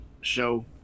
show